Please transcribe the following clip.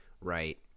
Right